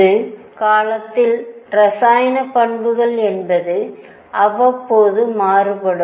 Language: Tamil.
ஒரு காலத்தில் ரசாயன பண்புகள் என்பது அவ்வப்போது மாறுபடும்